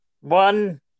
one